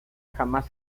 jamás